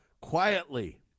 quietly